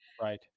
Right